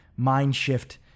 Mindshift